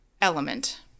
element